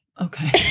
Okay